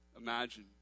imagine